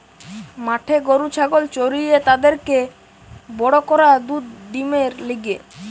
মাঠে গরু ছাগল চরিয়ে তাদেরকে বড় করা দুধ ডিমের লিগে